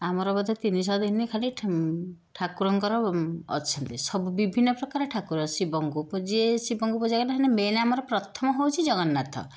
ଆମର ବୋଧେ ତିନିଶହ ଦିନ ଖାଲି ଠାକୁରଙ୍କର ଅଛନ୍ତି ସବୁ ବିଭିନ୍ନ ପ୍ରକାର ଠାକୁର ଶିବଙ୍କୁ ପୁଜିବେ ଶିବଙ୍କୁ ପୂଜା କରେ ମେନ୍ ଆମର ପ୍ରଥମ ହେଉଛି ଜଗନ୍ନାଥ